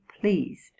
pleased